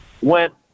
went